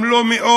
אם לא מאות,